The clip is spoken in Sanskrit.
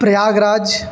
प्रयागराजम्